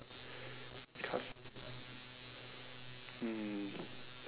cas~ hmm